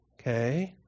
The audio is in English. Okay